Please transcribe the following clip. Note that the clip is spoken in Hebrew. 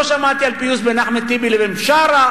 לא שמעתי על פיוס בין אחמד טיבי לבין בשארה,